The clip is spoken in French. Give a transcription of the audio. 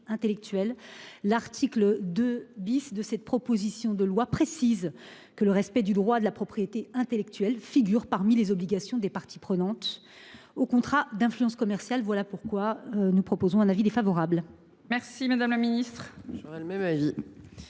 L'article 2 de cette proposition de loi précise que le respect du droit de la propriété intellectuelle figure parmi les obligations des parties prenantes au contrat d'influence commerciale. C'est pourquoi la commission a émis un avis défavorable. Quel est